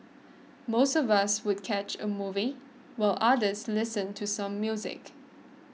most of us would catch a movie while others listen to some music